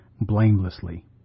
blamelessly